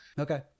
Okay